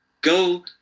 go